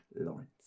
Lawrence